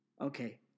okay